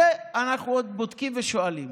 את זה אנחנו עוד בודקים ושואלים.